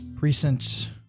recent